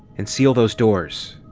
and seal those doors!